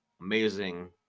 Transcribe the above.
amazing